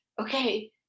okay